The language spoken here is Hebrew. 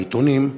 בעיתונים,